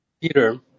peter